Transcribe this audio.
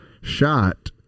shot